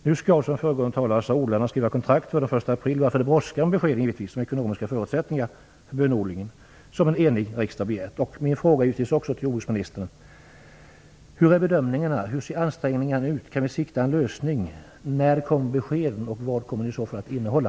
Nu skall, som föregående talare sade, odlarna skriva kontrakt före den 1 april, varför det brådskar med besked om de ekonomiska förutsättningarna för bönodlingen, vilket en enig riksdag begärt. Vilka bedömningar görs? Hur ser ansträngningarna ut? Kan vi sikta en lösning? När kommer besked? Vad kommer det att innehålla?